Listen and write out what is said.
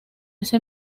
ese